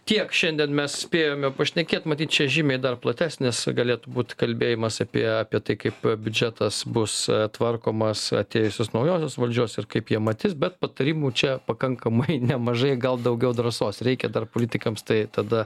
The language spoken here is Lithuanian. tiek šiandien mes spėjome pašnekėt matyt čia žymiai dar platesnis galėtų būt kalbėjimas apie apie tai kaip biudžetas bus tvarkomas atėjusios naujosios valdžios ir kaip jie matys bet patarimų čia pakankamai nemažai gal daugiau drąsos reikia dar politikams tai tada